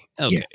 okay